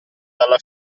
dalla